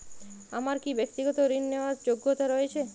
আমার কী ব্যাক্তিগত ঋণ নেওয়ার যোগ্যতা রয়েছে?